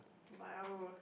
!wow!